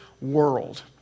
world